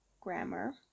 Grammar